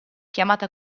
chiamata